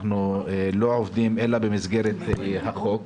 אנחנו לא עובדים אלא במסגרת החוק.